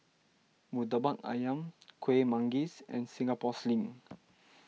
Murtabak Ayam Kuih Manggis and Singapore Sling